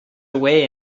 away